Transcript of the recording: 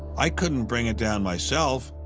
i couldn't bring it down myself,